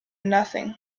nothing